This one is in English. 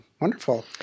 Wonderful